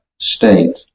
state